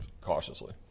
cautiously